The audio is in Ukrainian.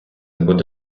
буде